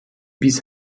bis